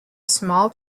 small